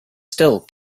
still